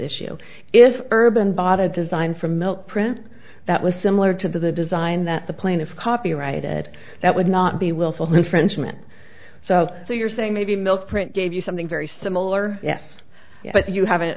issue is urban bought a design from mill print that was similar to the design that the plaintiffs copyrighted that would not be willful infringement so so you're saying maybe milk print gave you something very similar yes but you haven't